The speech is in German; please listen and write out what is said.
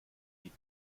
die